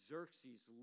Xerxes